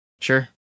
sure